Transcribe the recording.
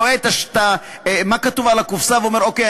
רואה מה כתוב על הקופסה ואומר: אוקיי,